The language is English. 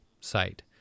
site